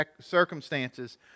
circumstances